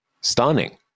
stunning